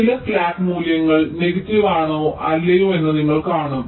ചില സ്ലാക്ക് മൂല്യങ്ങൾ നെഗറ്റീവ് ആണോ അല്ലയോ എന്ന് നിങ്ങൾ കാണും